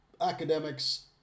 academics